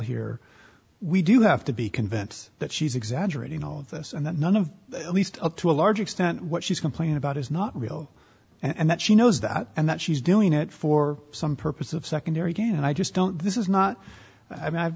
here we do have to be convince that she's exaggerating all of this and none of the least to a large extent what she's complaining about is not real and that she knows that and that she's doing it for some purpose of secondary gain and i just don't this is not i